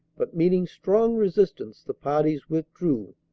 but meeting strong resistance, the parties withdrew,